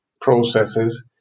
processes